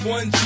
One